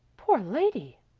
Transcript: poor lady!